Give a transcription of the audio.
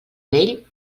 vell